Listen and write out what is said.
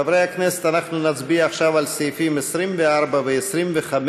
חברי הכנסת, אנחנו נצביע עכשיו על סעיפים 24 ו-25,